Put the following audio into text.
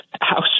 House